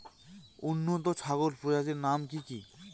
উন্নত ছাগল প্রজাতির নাম কি কি?